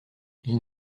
ils